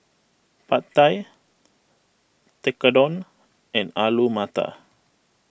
Pad Thai Tekkadon and Alu Matar